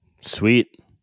sweet